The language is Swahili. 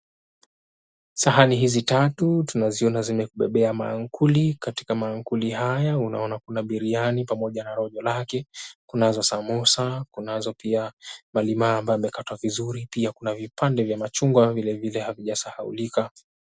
Sahani hizi tatu, tunaziona zimetubebea maamkuli. Katika maamkuli haya unaona kuna biryani pamoja na rojo lake. Kunazo samosa, kunazo pia malimau ambayo yamekatwa vizuri, pia kuna vipande vya machungwa vilevile havijasahaulika.